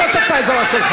אני לא צריך את העזרה שלך.